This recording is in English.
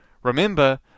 Remember